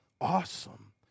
awesome